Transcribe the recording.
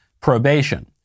probation